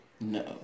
No